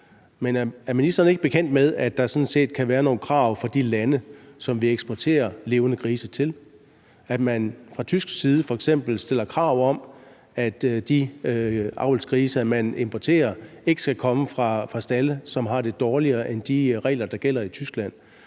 ud, er ministeren så ikke bekendt med, at der sådan set kan være nogle krav fra de lande, som vi eksporterer levende grise til, f.eks. at man fra tysk side stiller krav om, at de avlsgrise, man importerer, ikke skal komme fra stalde med dårligere forhold end det, der gælder ifølge